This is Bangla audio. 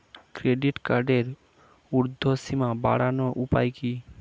ক্রেডিট কার্ডের উর্ধ্বসীমা বাড়ানোর উপায় কি?